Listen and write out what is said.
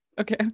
okay